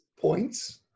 points